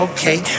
Okay